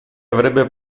avrebbe